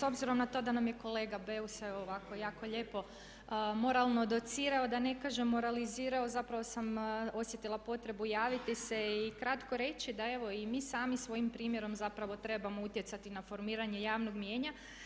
S obzirom na to da nam je kolega Beus evo ovako lijepo moralno dociralo da ne kažem moralizirao zapravo sam osjetila potrebu javiti se i kratko reći da evo i mi sami svojim primjerom zapravo trebamo utjecati na formiranje javnog mijenja.